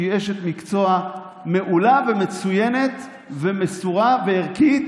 שהיא אשת מקצוע מעולה ומצוינת ומסורה וערכית,